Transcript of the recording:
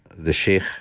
the sheikh,